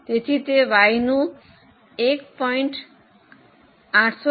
તેથી તે Y નું 1